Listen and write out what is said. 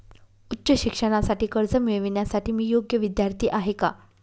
उच्च शिक्षणासाठी कर्ज मिळविण्यासाठी मी योग्य विद्यार्थी आहे का?